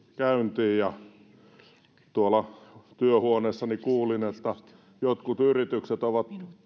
käyntiin tuolla työhuoneessani kuulin että jotkut yritykset ovat